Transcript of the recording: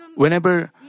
Whenever